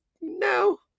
No